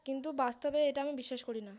কিন্তু বাস্তবে এটা আমি বিশ্বাস করি না